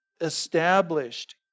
established